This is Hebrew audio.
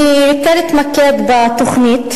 אני אתמקד בתוכנית,